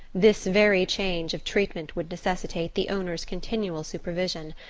this very change of treatment would necessitate the owner's continual supervision,